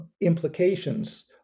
implications